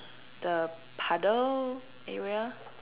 the puddle area